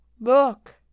Look